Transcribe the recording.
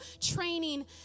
training